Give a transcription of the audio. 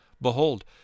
Behold